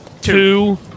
two